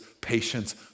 patience